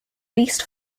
least